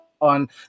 on